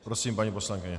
Prosím, paní poslankyně.